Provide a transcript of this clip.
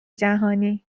جهانی